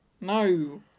No